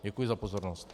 Děkuji za pozornost.